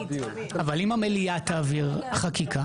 אבל אם המליאה תעביר חקיקה,